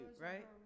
right